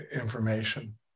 information